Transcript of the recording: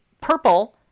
purple